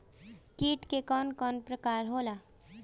कीट के कवन कवन प्रकार होला?